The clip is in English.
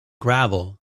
gravel